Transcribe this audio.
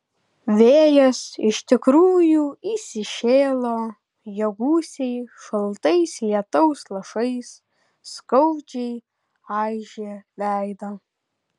vėjas iš tikrųjų įsišėlo jo gūsiai šaltais lietaus lašais skaudžiai aižė veidą